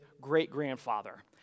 great-grandfather